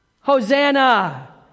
Hosanna